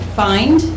find